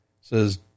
says